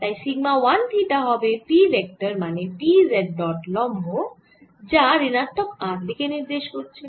তাই sigma 1 theta হবে P vector মানে P z ডট লম্ব যা ঋণাত্মক r দিকে নির্দেশ করছে